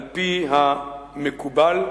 על-פי המקובל,